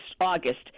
August